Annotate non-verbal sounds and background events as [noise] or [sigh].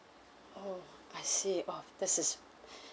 oh I see oh this is [breath]